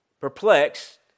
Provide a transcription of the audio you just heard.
perplexed